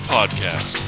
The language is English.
Podcast